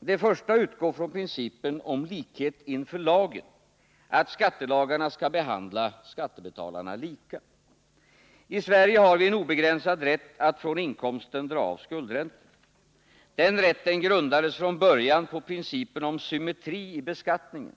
Det första utgår från principen om likhet inför lagen — skattelagarna skall behandla skattebetalarna lika. I Sverige har vi en obegränsad rätt att från inkomsten dra av skuldränta. Den rätten grundades från början på principen om symmetri i beskattningen.